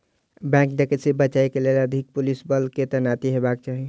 bank डकैती से बचय के लेल अधिक पुलिस बल के तैनाती हेबाक चाही